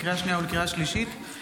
לקריאה שנייה ולקריאה שלישית,